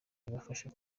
ibafasha